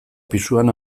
pisuan